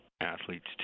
athletes